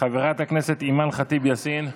חברת הכנסת אימאן ח'טיב יאסין,